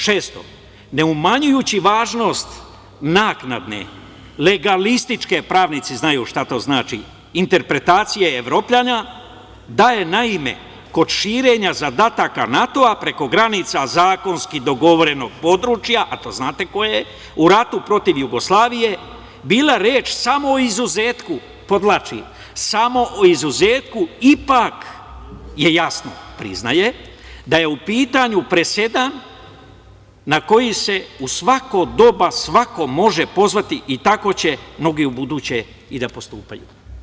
Šesto – ne umanjujući važnost naknadne legalističke, pravnici znaju šta to znači, interpretacije Evropljana da je kod širenja zadataka NATO preko granica zakonski dogovorenog područja, a to znate koje je, u ratu protiv Jugoslavije bila reč samo o izuzetku ipak je jasno, priznaje da je u pitanju presedan na koji se u svako doba svako može pozvati i tako će mnogi ubuduće i da postupaju.